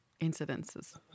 incidences